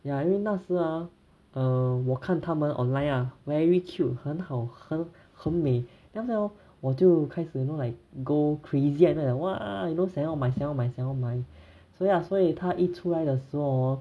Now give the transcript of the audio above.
ya 因为那时啊 um 我看他们 online ah very cute 很好很很美 then after that hor 我就开始 you know like go crazy after that like !wah! you know 想要买想要买想要买所以啦所以它一出来的时候 hor